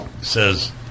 says